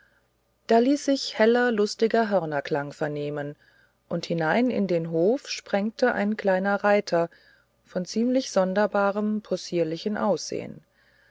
da ließ sich heller lustiger hörnerklang vernehmen und hinein in den hof sprengte ein kleiner reiter von ziemlich sonderbarem possierlichen